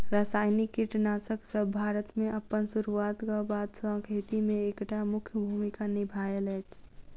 रासायनिक कीटनासकसब भारत मे अप्पन सुरुआत क बाद सँ खेती मे एक टा मुख्य भूमिका निभायल अछि